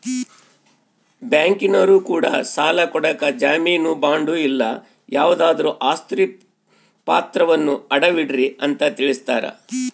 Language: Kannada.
ಬ್ಯಾಂಕಿನರೊ ಕೂಡ ಸಾಲ ಕೊಡಕ ಜಾಮೀನು ಬಾಂಡು ಇಲ್ಲ ಯಾವುದಾದ್ರು ಆಸ್ತಿ ಪಾತ್ರವನ್ನ ಅಡವಿಡ್ರಿ ಅಂತ ತಿಳಿಸ್ತಾರ